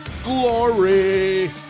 Glory